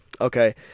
okay